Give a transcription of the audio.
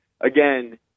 again